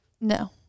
No